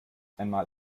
einmal